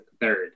third